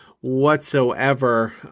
whatsoever